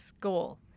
goal